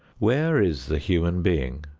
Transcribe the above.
where is the human being,